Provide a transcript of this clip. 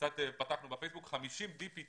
חיפשנו בפייסבוק בעלי תואר DPT